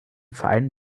verein